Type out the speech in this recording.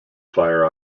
fire